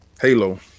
Halo